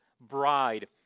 bride